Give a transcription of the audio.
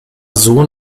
sohn